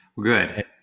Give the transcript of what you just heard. Good